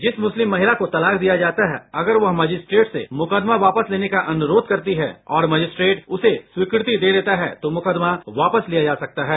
जिस मुस्लिम महिला को तलाक दिया जाता है अगर वह मजिस्ट्रेट से मुकदमा वापस लेने का अनुरोध ेकरती है और मजिस्ट्रेंट उसे स्वीकृति दे देता है तो मुकदमा वापस लिया जा सकता है